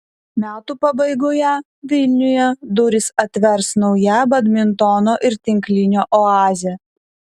metų pabaigoje vilniuje duris atvers nauja badmintono ir tinklinio oazė